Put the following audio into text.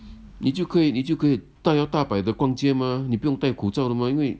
你就可以你就可以大摇大摆的逛街 mah 你不用戴口罩了嘛因为